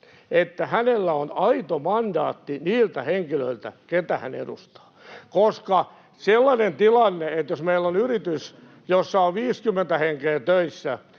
että hänellä on aito mandaatti niiltä henkilöiltä, keitä hän edustaa, koska sellaisessa tilanteessa, jos meillä on yritys, jossa on 50 henkeä töissä